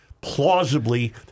plausibly